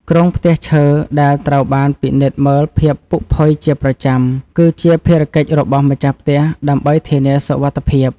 គ្រោងផ្ទះឈើដែលត្រូវបានពិនិត្យមើលភាពពុកផុយជាប្រចាំ គឺជាភារកិច្ចរបស់ម្ចាស់ផ្ទះដើម្បីធានាសុវត្ថិភាព។